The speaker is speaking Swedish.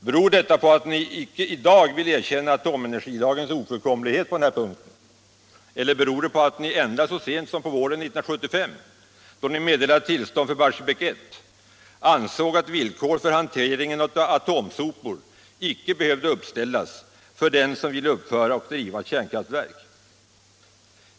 Beror detta på att ni icke i dag vill erkänna atomenergilagens ofullkomlighet på den här punkten eller beror det på att ni ända så sent som på våren 1975, då ni meddelade tillstånd för Barsebäck 1, ansåg att villkor för hanteringen av atomsopor icke behövde uppställas för den som ville uppföra och driva ett kärnkraftverk?